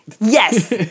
Yes